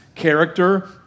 Character